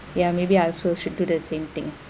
ya maybe I also should do the same thing